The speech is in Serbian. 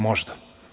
Možda.